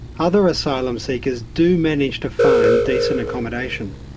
other asylum seekers do manage to find decent accommodation.